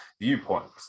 viewpoints